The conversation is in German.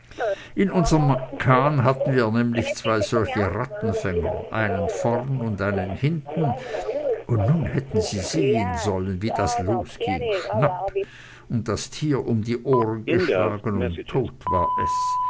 in unserm kahn hatten wir nämlich zwei solche rattenfänger einen vorn und einen hinten und nun hätten sie sehen sollen wie das losging schnapp und das tier um die ohren geschlagen und tot war es